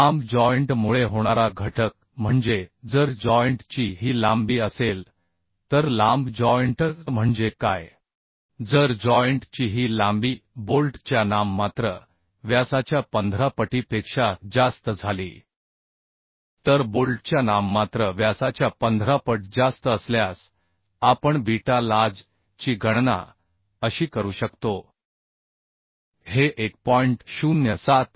लांब जॉइंट मुळे होणारा घटक म्हणजे जर जॉइंट ची ही लांबी असेल तर लांब जॉइंट म्हणजे काय जर जॉइंट ची ही लांबी बोल्ट च्या नाममात्र व्यासाच्या 15 पटीपेक्षा जास्त झाली तर बोल्टच्या नाममात्र व्यासाच्या 15 पट जास्त असल्यास आपण बीटा lj ची गणना अशी करू शकतो हे 1